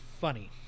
funny